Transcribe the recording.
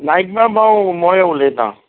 नायकबाब हांव मोया उलयतां